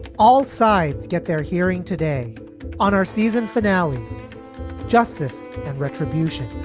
all sides get their hearing today on our season finale justice and retribution